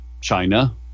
China